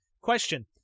Question